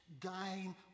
dying